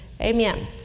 Amen